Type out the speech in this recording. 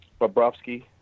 Bobrovsky